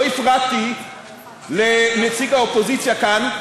לא הפרעתי לנציג האופוזיציה כאן,